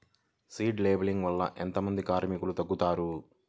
Seed లేంబింగ్ వల్ల ఎంత మంది కార్మికులు తగ్గుతారు?